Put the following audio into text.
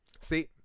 see